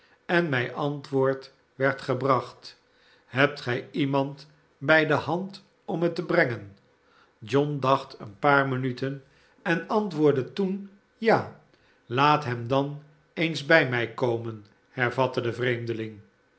en mij antwoord werd gebracht hebt gij iemand bij de hand om het te brengen john dacht een paar minuten en antwoordde toen ja slaat hem dan eens bij mij komen hervatte de vreemdeling